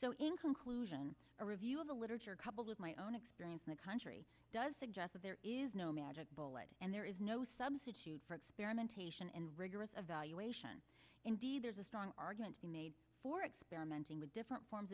so in conclusion a review of the literature coupled with my own experience in the country does suggest that there is no magic bullet and there is no substitute for experimentation and rigorous evaluation indeed there's a strong argument for experiments in with different forms